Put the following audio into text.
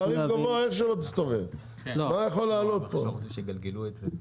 הם אומרים שהם לא רוצים שיגלגלו את זה.